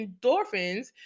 endorphins